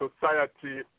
society